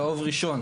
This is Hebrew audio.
למשל, צהוב ראשון.